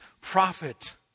prophet